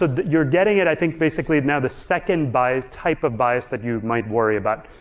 so you're getting it. i think basically now the second bias, type of bias that you might worry about.